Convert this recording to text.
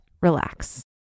relax